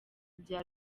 bya